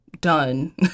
done